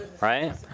right